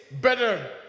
better